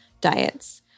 diets